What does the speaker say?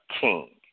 king